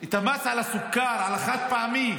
את המס על הסוכר, על החד-פעמי,